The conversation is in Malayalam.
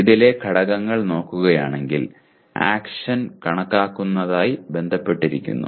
ഇതിലെ ഘടകങ്ങൾ നോക്കുകയാണെങ്കിൽ ആക്ഷൻ കണക്കാക്കുന്നതുമായി ബന്ധപ്പെട്ടിരിക്കുന്നു